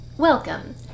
Welcome